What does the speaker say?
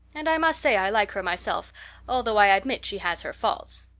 and i must say i like her myself although i admit she has her faults.